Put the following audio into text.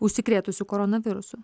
užsikrėtusių koronavirusu